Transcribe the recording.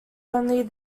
only